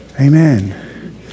Amen